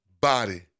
body